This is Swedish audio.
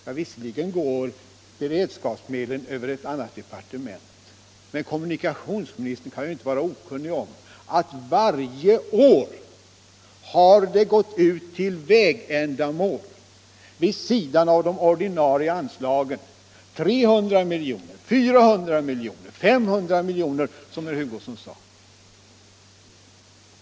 Ja, visserligen går beredskapsmedlen över ett annat departement, men kommunikationsministern kan väl inte vara okunnig om att det varje år till vägändamål, vid sidan om de ordinarie anslagen, har gått ut 300 milj.kr., 400 milj.kr. och 500 milj.kr. som herr Hugosson sade.